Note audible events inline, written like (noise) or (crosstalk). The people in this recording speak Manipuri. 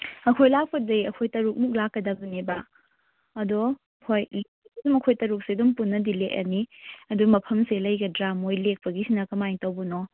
ꯑꯩꯈꯣꯏ ꯂꯥꯛꯄꯗꯤ ꯑꯩꯈꯣꯏ ꯇꯔꯨꯛꯃꯨꯛ ꯂꯥꯛꯀꯗꯕꯅꯦꯕ ꯑꯗꯨ ꯍꯣꯏ (unintelligible) ꯑꯩꯈꯣꯏ ꯇꯔꯨꯛꯁꯤ ꯑꯗꯨꯝ ꯄꯨꯟꯅꯗꯤ ꯂꯦꯛꯑꯅꯤ ꯑꯗꯨ ꯃꯐꯝꯁꯦ ꯂꯩꯒꯗ꯭ꯔꯥ ꯃꯣꯏ ꯂꯦꯛꯄꯒꯤꯁꯤꯅ ꯀꯃꯥꯏꯅ ꯇꯧꯕꯅꯣ